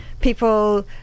people